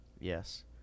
Yes